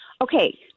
Okay